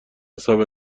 حساب